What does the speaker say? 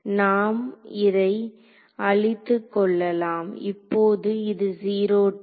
நாம் இதை அழித்துக் கொள்ளலாம் இப்போது இது 0 டெர்ம்